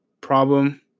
problem